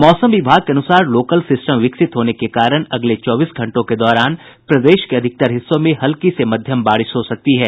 मौसम विभाग के अनुसार लोकल सिस्टम विकसित होने के कारण अगले चौबीस घंटों के दौरान प्रदेश के अधिकतर हिस्सों में हल्की से मध्यम बारिश हो सकती है